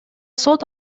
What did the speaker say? сот